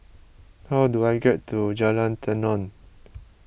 how do I get to Jalan Tenon